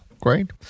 Great